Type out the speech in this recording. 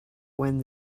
when